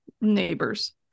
neighbors